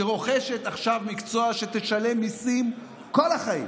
שרוכשת עכשיו מקצוע, שתשלם מיסים כל החיים,